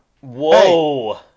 whoa